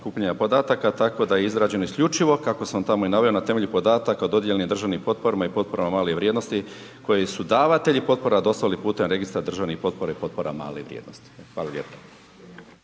prikupljanja podataka tako da je izrađeno isključivo kako sam tamo i naveo na temelju podataka o dodijeljenim državnim potporama i potporama male vrijednosti koje su davatelji potpora dostavili putem Registra državnih potpora i potpora male vrijednosti. Hvala lijepa.